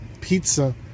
pizza